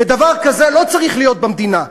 ודבר כזה לא צריך להיות במדינה.